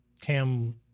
Cam